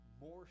more